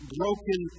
broken